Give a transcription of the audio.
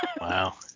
Wow